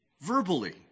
verbally